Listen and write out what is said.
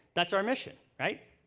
that's our mission. right?